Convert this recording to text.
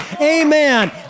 amen